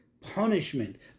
punishment